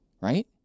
right